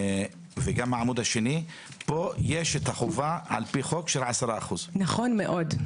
וגם עמוד השני - פה יש את החובה על פי חוק של 10%. נכון מאוד.